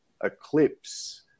eclipse